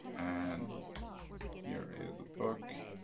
and here is a book